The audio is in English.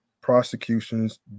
prosecutions